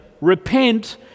Repent